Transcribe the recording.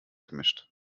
gemischt